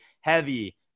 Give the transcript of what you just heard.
heavy